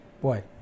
boy